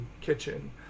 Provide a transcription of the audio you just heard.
Kitchen